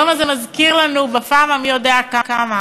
היום הזה מזכיר לנו בפעם המי-יודע-כמה,